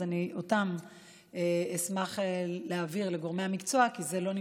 אז אני אשמח להעביר אותם לגורמי המקצוע,